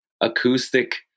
acoustic